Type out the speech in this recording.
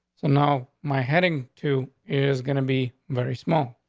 so now my heading to is gonna be very small.